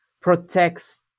protects